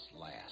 last